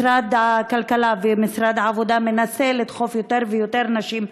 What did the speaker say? משרד הכלכלה ומשרד העבודה מנסה לדחוף יותר ויותר נשים,